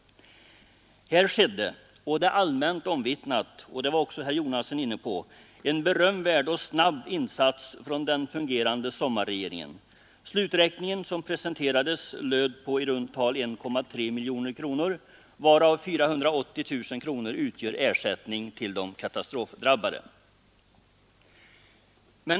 Det är allmänt omvittnat, vilket herr Jonasson också var inne på, att här skedde en berömvärd och snabb insats från den fungerande sommarregeringen. Sluträkningen som presenterades löd på i runt tal 1,3 miljoner kronor, varav 480 000 kronor utgör ersättning till de katastrof drabbade.